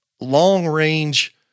long-range